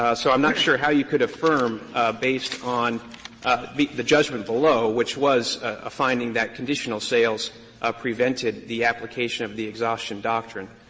so i'm not sure how you could affirm based on the the judgment below, which was a finding that conditional sales ah prevented the application of the exhaustion doctrine.